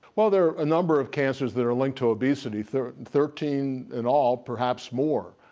well, there are a number of cancers that are linked to obesity, thirteen thirteen in all, perhaps more.